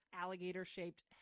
alligator-shaped